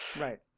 Right